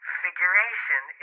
figuration